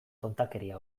tontakeria